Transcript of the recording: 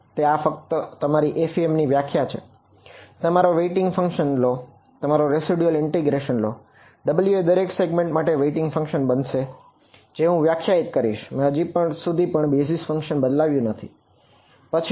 તેથી આ ફક્ત તમારી એફઈએમ બદલાવ્યું નથી બરાબર